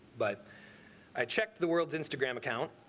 but i checked the world's instagram account.